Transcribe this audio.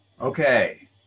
okay